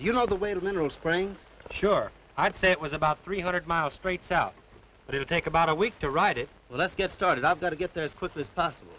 you know the way the mineral springs sure i'd say it was about three hundred miles straight so it would take about a week to ride it let's get started i've got to get there as quick as possible